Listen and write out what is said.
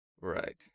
Right